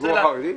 בציבור החרדי?